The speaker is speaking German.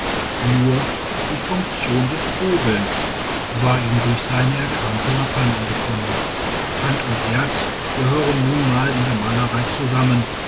nur die funktion des hobelns war ihm durch seine erkrankung abhanden gekommen hand und herz gehören nun mal in der malerei zusammen